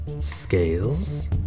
Scales